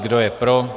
Kdo je pro?